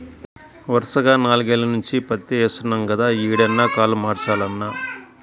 వరసగా నాల్గేల్ల నుంచి పత్తే యేత్తన్నాం గదా, యీ ఏడన్నా కాలు మార్చాలన్నా